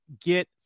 get